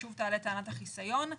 שוב תעלה טענת החיסיון?